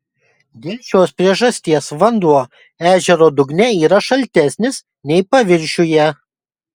dėl šios priežasties vanduo ežero dugne yra šaltesnis nei paviršiuje